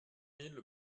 mille